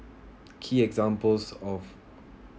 key examples of